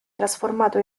trasformato